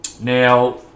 Now